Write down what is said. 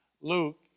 Luke